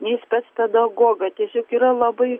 nei spec pedagogo tiesiog yra labai